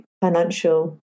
financial